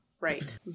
Right